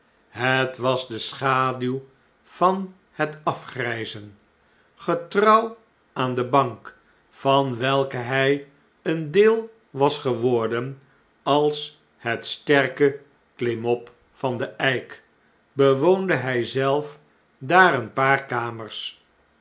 het was de schaduw van het afgrjjzen getrouw aan de bank van welke hjj een deel was geworden als het sterke klimop van den eik bewoonde hjj zelf dar een paar kamers